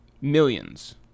Millions